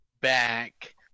back